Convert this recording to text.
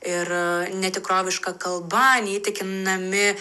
ir netikroviška kalba neįtikinami